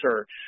search